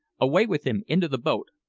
away with him into the boat.